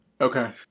Okay